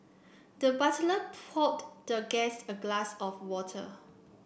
the butler poured the guest a glass of water